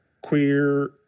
queer